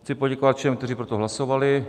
Chci poděkovat všem, kteří pro to hlasovali.